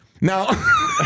now